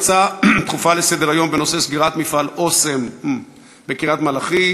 הוא: סגירת מפעל "אסם" בקריית-מלאכי,